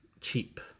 cheap